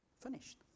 finished